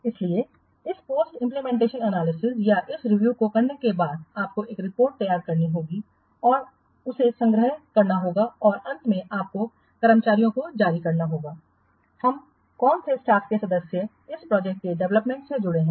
इसलिए इन post imitation analysis या इस रिव्यू को करने के बाद आपको एक रिपोर्ट तैयार करनी होगी और उसे संग्रह करना होगा और अंत में आपको कर्मचारियों को जारी करना होगा हम कौन से स्टाफ के सदस्य इस प्रोजेक्ट के डेवलपमेंट से जुड़े हैं